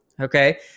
okay